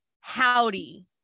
howdy